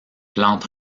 plante